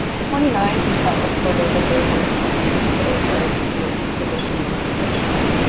twenty nine percent reported that they were introduced to opioids through a physician's prescription.